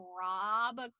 rob